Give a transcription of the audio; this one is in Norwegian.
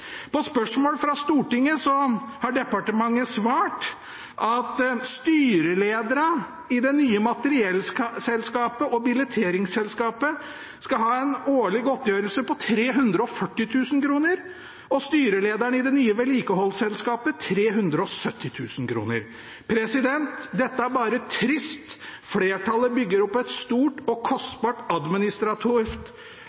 På spørsmål fra Stortinget har departementet svart at styrelederne i det nye materiellselskapet og billetteringsselskapet skal ha en årlig godtgjørelse på 340 000 kr, og styrelederen i det nye vedlikeholdsselskapet skal ha 370 000 kr. Dette er bare trist. Flertallet bygger opp et stort og